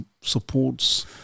supports